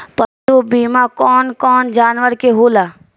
पशु बीमा कौन कौन जानवर के होला?